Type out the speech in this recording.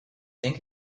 think